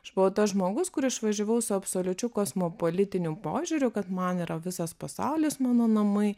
aš buvau tas žmogus kur išvažiavau su absoliučiu kosmopolitiniu požiūriu kad man yra visas pasaulis mano namai